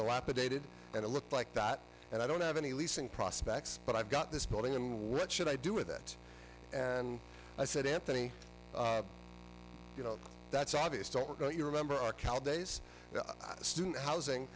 dilapidated and it looked like that and i don't have any leasing prospects but i've got this building and what should i do with it and i said anthony you know that's obvious don't go you remember our cal days student housing